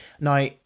Now